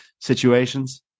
situations